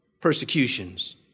persecutions